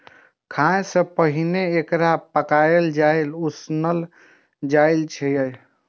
खाय सं पहिने एकरा पकाएल, उसनल, तरल जाइ छै